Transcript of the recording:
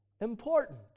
important